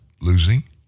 losing